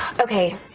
okay.